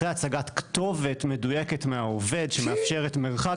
אחרי הצגת כתובת מדויקת מהעובד שמאפשרת מרחק